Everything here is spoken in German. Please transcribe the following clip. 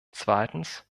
zweitens